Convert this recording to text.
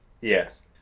Yes